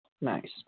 Nice